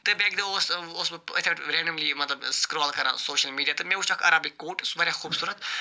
تہٕ بیٚکہِ دۄہ اوس وۄنۍ اوسُس بہٕ یِتھَے پٲٹھۍ رینڈَملی مطلب سٕکرال کران سوشَل میٖڈیا تہٕ مےٚ وٕچھ اکھ عرَبِک کوٹ یُس واریاہ خوبصورت